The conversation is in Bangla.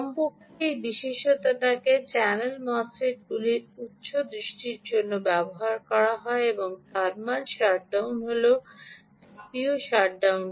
কমপক্ষে এই বিশেষতাকে চ্যানেল মোসফিটগুলি উচ্চ দৃষ্টির জন্য ব্যবহার করা হয় এবং থার্মাল শাটডাউন হল তাপীয় শাটডাউন